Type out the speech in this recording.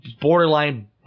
borderline